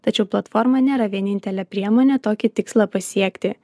tačiau platforma nėra vienintelė priemonė tokį tikslą pasiekti